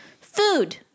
food